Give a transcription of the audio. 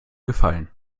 gefallen